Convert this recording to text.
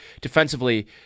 defensively